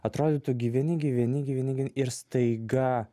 atrodytų gyveni gyveni gyveni gyveni ir staiga